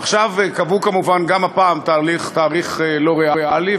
עכשיו קבעו כמובן גם הפעם תאריך לא ריאלי,